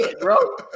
bro